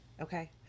Okay